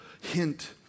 hint